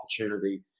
opportunity